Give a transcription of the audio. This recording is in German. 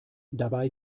dabei